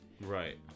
right